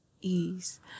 ease